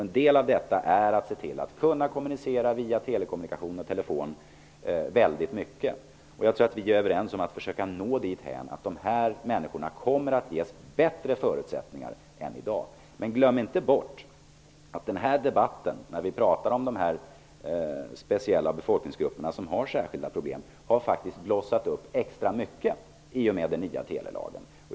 En del av detta är att se till att de kan kommunicera väldigt mycket via telefon, och jag tror att vi är överens om att försöka nå dit att de människorna ges bättre förutsättningar än i dag. Men glöm inte bort att debatten om befolkningsgrupperna som har särskilda problem har blossat upp extra mycket i och med den nya telelagen.